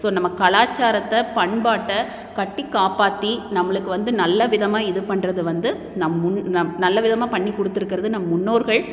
so நம்ம கலாச்சாரத்தை பண்பாட்டை கட்டி காப்பாற்றி நம்மளுக்கு வந்து நல்ல விதமாக இது பண்ணுறது வந்து நம் முன் நம் நல்ல விதமாக பண்ணி கொடுத்துருக்கறது நம் முன்னோர்கள்